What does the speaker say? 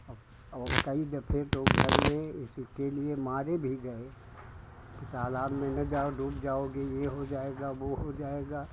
और और कई दफ़े तो घर में उसी के लिए मारे भी गए कि तालाब में न जाओ डूब जाओगे यह हो जाएगा वह हो जाएगा